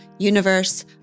Universe